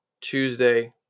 Tuesday